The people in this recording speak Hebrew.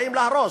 באים להרוס.